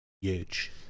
huge